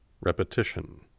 Repetition